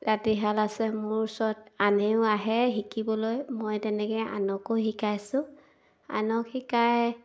ৰাতিশাল আছে মোৰ ওচৰত আনেও আহে শিকিবলৈ মই তেনেকৈ আনকো শিকাইছোঁ আনক শিকাই